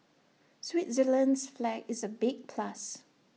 Switzerland's flag is A big plus